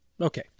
Okay